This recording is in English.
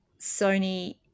sony